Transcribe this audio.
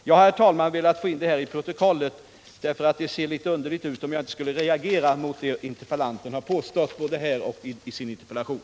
Jag har, herr talman, velat få in det här i protokollet, eftersom det skulle ha sett litet underligt ut om jag inte hade reagerat mot vad interpellanten har påstått både här i kammaren och i sin interpellation.